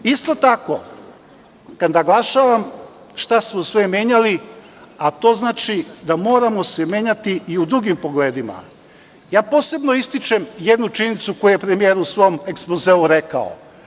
Isto tako, kad naglašavam šta smo sve menjali, a to znači da se moramo menjati i u drugim pogledima, posebno ističem jednu činjenicu koju je premijer u svom ekspozeu rekao.